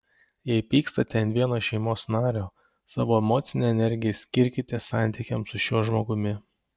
jei pykstate ant vieno šeimos nario savo emocinę energiją skirkite santykiams su šiuo žmogumi